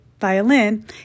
Violin